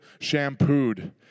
shampooed